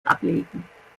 ablegen